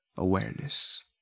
awareness